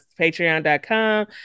Patreon.com